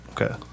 Okay